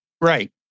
Right